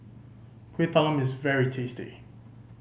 Kueh Talam is very tasty